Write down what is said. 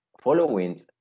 following